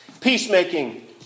Peacemaking